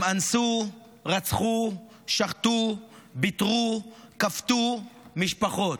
הם אנסו, רצחו, שחטו, ביתרו, כפתו משפחות.